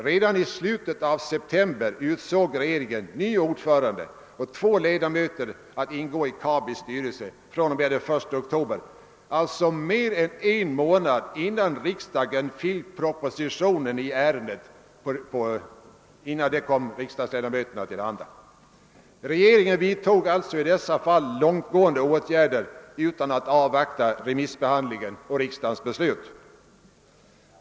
Redan i slutet av september utsåg regeringen nu ordförande och två ledamöter att ingå i Kabis styrelse fr.o.m. 1 oktober, alltså mer än en månad innan propositionen kom riksdagens ledamöter till handa. Regeringen vidtog alltså i dessa fall långt gående åtgärder utan att avvakta remissbehandlingen och riksdagens beslut.